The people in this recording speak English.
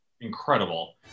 Incredible